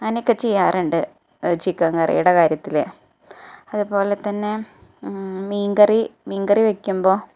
അങ്ങനെയൊക്കെ ചെയ്യാറുണ്ട് ചിക്കൻ കറിയുടെ കാര്യത്തിൽ അതുപോലെതന്നെ മീൻക്കറി മീൻക്കറി വെയ്ക്കുമ്പോൾ